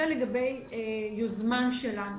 זה לגבי יוזמה שלנו.